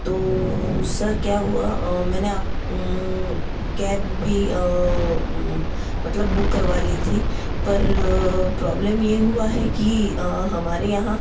तो सर क्या हुआ मैंने आप कैब भी मतलब बुक करवा ली थी पर प्रोब्लम ये हुआ है कि हमारे यहाँ